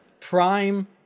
prime